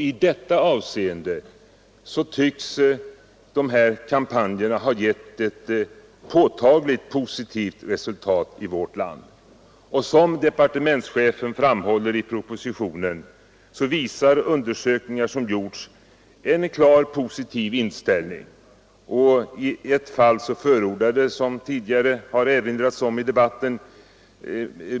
I detta avseende tycks kampanjerna ha givit ett påtagligt positivt resultat i vårt land. Som departementschefen framhåller i propositionen visar undersökningar som gjorts en klart positiv inställning. I ett fall förordar, som tidigare nämnts i debatten,